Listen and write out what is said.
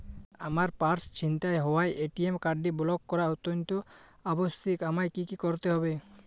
আমার পার্স ছিনতাই হওয়ায় এ.টি.এম কার্ডটি ব্লক করা অত্যন্ত আবশ্যিক আমায় কী কী করতে হবে?